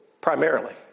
Primarily